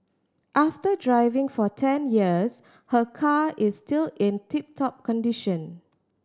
after driving for ten years her car is still in tip top condition